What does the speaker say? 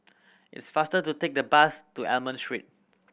it is faster to take the bus to Almond Street